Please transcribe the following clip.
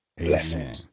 Amen